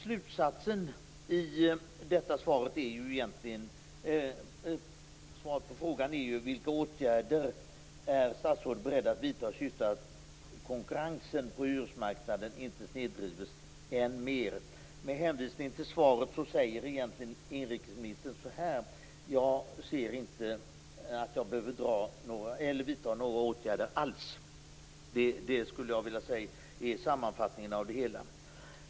Slutsaten när det gäller frågan om vilka åtgärder statsrådet är beredd att vidta i syfte att konkurrensen på hyresmarknaden inte snedvrides än mer är att inrikesministern säger: Jag ser inte att jag behöver vidta några åtgärder alls. Jag skulle vilja säga att detta är sammanfattningen av det hela.